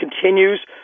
continues